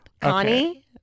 Connie